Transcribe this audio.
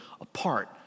apart